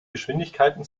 geschwindigkeiten